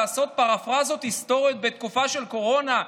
לעשות פרפרזות היסטוריות בתקופה של קורונה,